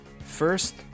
First